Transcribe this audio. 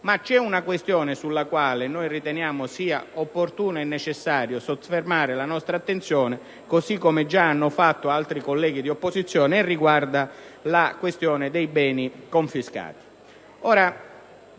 Ma c'è una questione sulla quale riteniamo sia opportuno e necessario soffermare la nostra attenzione, così come già hanno fatto altri colleghi dell'opposizione: quella dei beni confiscati.